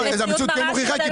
אבל המציאות כן מוכיחה,